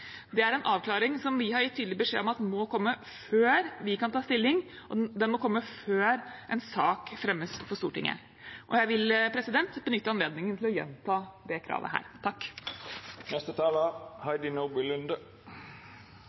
Det er en avklaring som vi har gitt tydelig beskjed om at må komme før vi kan ta stilling, og den må komme før en sak fremmes for Stortinget. Jeg vil benytte anledningen til å gjenta det kravet her.